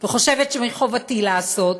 וחושבת שמחובתי לעשות,